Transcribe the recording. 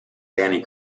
anti